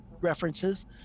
references